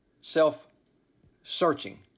Self-searching